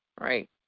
right